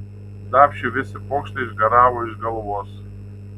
dapšiui visi pokštai išgaravo iš galvos